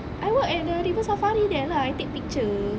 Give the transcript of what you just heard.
I work at the river safari there lah I take picture